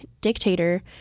dictator